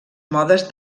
modes